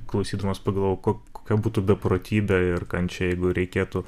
klausydamas pagalvojau kokia būtų beprotybė ir kančia jeigu reikėtų